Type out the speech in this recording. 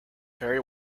very